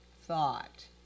thought